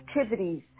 activities